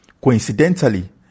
Coincidentally